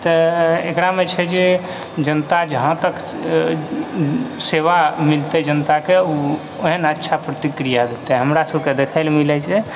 तऽ एकरामे छै जे जनता जहाँ तक सेवा मिलते जनताके ओ ओहेन अच्छा प्रतिक्रिया देतै हमरासभके देखै लऽ मिलै छै